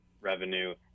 revenue